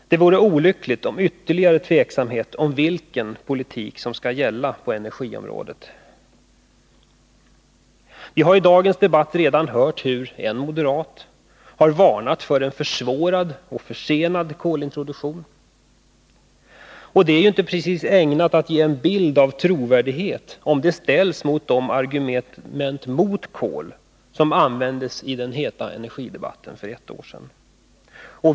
Det vore olyckligt med en ytterligare tveksamhet om vilken politik som skall gälla på energiområdet. Vi har i dagens debatt redan hört hur en moderat har varnat för en försvårad och försenad kolintroduktion. Det är inte precis ägnat att ge en bild av trovärdighet, om det ställs mot de argument mot kol som användes vid den heta energidebatten för ett år sedan.